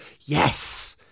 Yes